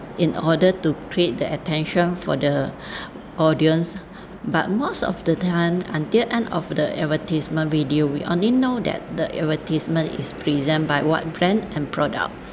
in order to create the attention for the audience but most of the time until end of the advertisement video we only know that the advertisement is present by what brand and product